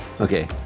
Okay